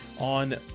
on